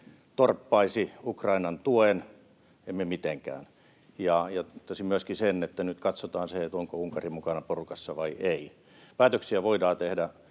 torppaisi Ukrainan tuen, emme mitenkään. Totesin myöskin sen, että nyt katsotaan se, onko Unkari mukana porukassa vai ei. Päätöksiä voidaan tehdä,